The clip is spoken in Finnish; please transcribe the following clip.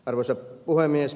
arvoisa puhemies